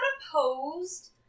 opposed